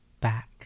back